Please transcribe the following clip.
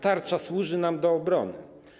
Tarcza służy nam do obrony.